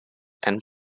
and